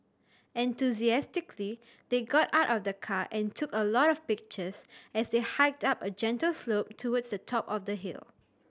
enthusiastically they got out of the car and took a lot of pictures as they hiked up a gentle slope towards the top of the hill